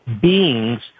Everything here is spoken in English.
beings